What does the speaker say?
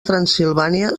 transsilvània